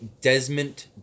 Desmond